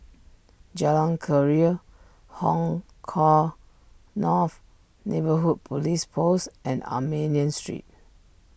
Jalan Keria Hong Kah North Neighbourhood Police Post and Armenian Street